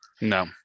no